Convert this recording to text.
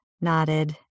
nodded